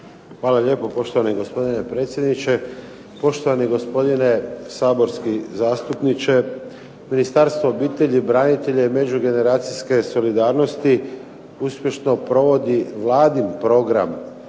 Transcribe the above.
Hvala lijepo poštovani gospodine predsjedniče. Poštovani gospodine saborski zastupniče, Ministarstvo obitelji, branitelja i međugeneracijske solidarnosti uspješno provodi vladin program